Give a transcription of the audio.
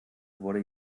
wurde